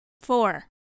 Four